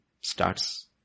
starts